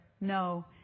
no